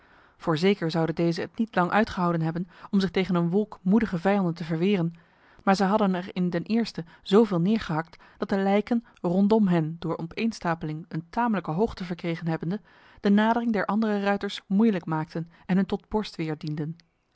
voorzeker zouden deze het niet lang uitgehouden hebben om zich tegen een wolk moedige vijanden te verweren maar zij hadden er in den eerste zoveel neergehakt dat de lijken rondom hen door opeenstapeling een tamelijke hoogte verkregen hebbende de nadering der andere ruiters moeilijk maakten en hun tot